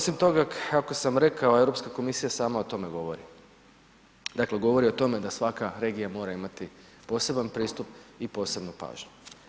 Osim toga kako sam rekao Europska komisija sama o tome govori, dakle govori o tome da svaka regija mora imati poseban pristup i posebnu pažnju.